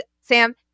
Sam